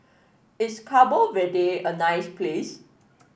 is Cabo Verde a nice place